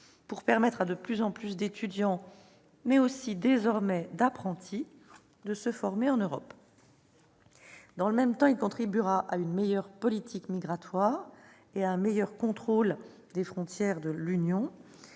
de permettre à de plus en plus d'étudiants, mais aussi, désormais, d'apprentis, de se former en Europe. Dans le même temps, ce budget contribuera à une meilleure politique migratoire et à un meilleur contrôle des frontières de l'Union